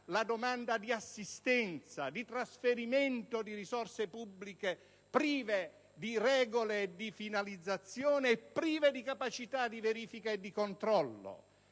la domanda di assistenza e di trasferimento di risorse pubbliche prive di regole, di finalizzazione e di capacità di verifica e di controllo,